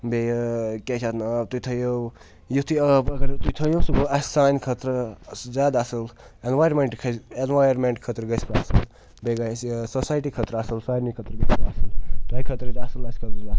بیٚیہِ کیٛاہ چھِ اَتھ ناو تُہۍ تھٲیِو یُتھُے آب اَگر تُہۍ تھٲیِو سُہ گوٚو اَسہِ سانہِ خٲطرٕ زیادٕ اَصٕل اٮ۪نوارمٮ۪نٛٹ کھٔ اٮ۪نوارمٮ۪نٛٹ خٲطرٕ گژھِ اَصٕل بیٚیہِ گژھِ سوسایٹی خٲطرٕاَصٕل سارنی خٲطرٕ گژھِ اَصٕل تۄہہِ خٲطرٕ تہِ اَصٕل اَسہِ خٲطرٕ تہِ اَصٕل